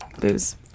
booze